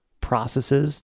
processes